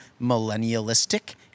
millennialistic